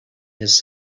his